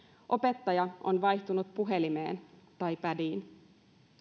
opettaja on vaihtunut puhelimeen tai pädiin